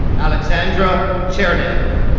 alexandra chernev